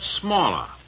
smaller